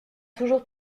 toujours